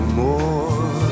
more